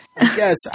Yes